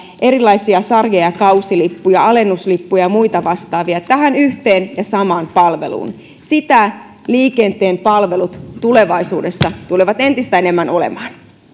erilaisia sarja ja ja kausilippuja alennuslippuja ja muita vastaavia tähän yhteen ja samaan palveluun sitä liikenteen palvelut tulevaisuudessa tulevat entistä enemmän olemaan